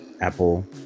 Apple